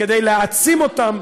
כדי להעצים אותם,